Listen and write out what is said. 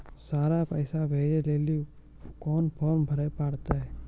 Sir पैसा भेजै लेली कोन फॉर्म भरे परतै?